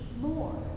more